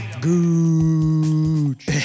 Gooch